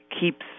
keeps